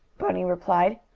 bunny replied.